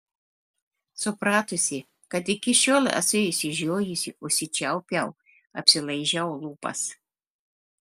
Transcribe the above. supratusi kad iki šiol esu išsižiojusi užsičiaupiau apsilaižiau lūpas